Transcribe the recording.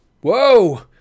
Whoa